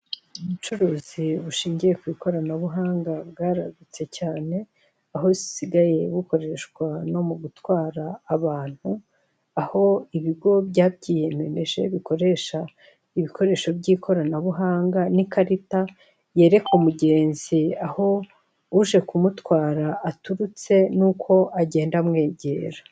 Ubucuruzi bushingiye kw'ikoranabuhanga bwaragutse cyane, aho busigaye bukoreshwa no mu gutwara abantu. Aho ibigo byabyiyemeje bikoresha ibikoresho by'ikoranabuhanga n'ikarita yereka umugenzi aho uje kumutwara aturutse n'uko agenda amwegera.